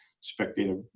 spectator